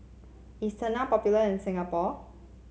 is Tena popular in Singapore